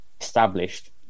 established